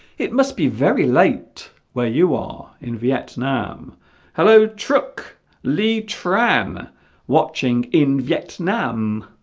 it must be very late where you are in vietnam hello truck li tran watching in vietnam